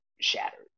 shattered